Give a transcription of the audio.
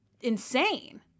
insane